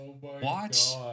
Watch